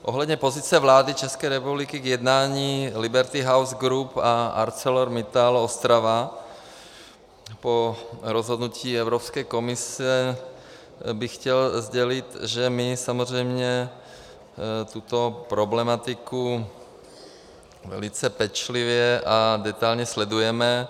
Ohledně pozice vlády České republiky k jednání Liberty House Group a ArcelorMittal Ostrava po rozhodnutí Evropské komise bych chtěl sdělit, že my samozřejmě tuto problematiku velice pečlivě a detailně sledujeme.